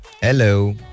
Hello